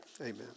amen